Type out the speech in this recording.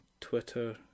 twitter